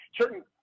certain